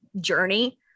journey